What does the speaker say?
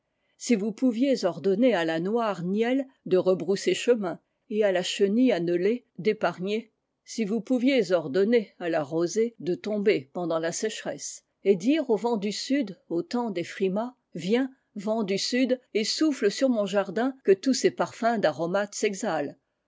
si vous pouviez ordonner à lanoire nielle de rebrousser chemin et à la chenille annelée d'épargner si vous pouviez ordonner à la rosée de tomber pendant la sécheresse et dire au vent du sud au temps des frimas viens vent du sud et souffle sur mon jardin que tous ses parfums d'aromates s'exhalent